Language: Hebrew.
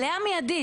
אליה - מיידית.